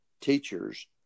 teachers